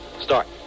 Start